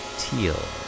teal